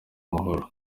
umuhoro